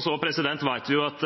Så vet vi at